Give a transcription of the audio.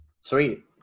Sweet